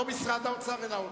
לא משרד האוצר אלא אוצר.